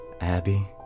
Abby